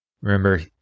remember